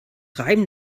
reiben